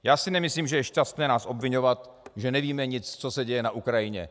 Já si nemyslím, že je šťastné nás obviňovat, že nevíme nic, co se děje na Ukrajině.